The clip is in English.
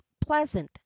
pleasant